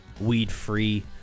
Weed-free